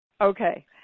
Okay